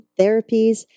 therapies